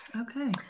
Okay